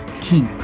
keep